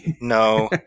no